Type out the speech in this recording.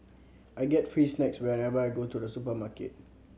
I get free snacks whenever I go to the supermarket